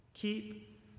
Keep